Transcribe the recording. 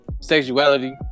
sexuality